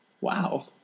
Wow